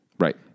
Right